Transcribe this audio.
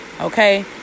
Okay